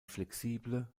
flexible